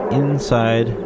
inside